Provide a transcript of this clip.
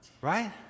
Right